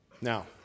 Now